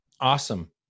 Awesome